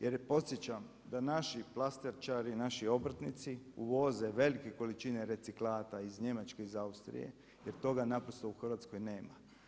Jer podsjećam da naši plastičari, naši obrtnici uvoze velike količine reciklata iz Njemačke, iz Austrije jer toga naprosto u Hrvatskoj nema.